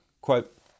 Quote